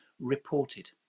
reported